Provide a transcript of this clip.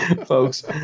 Folks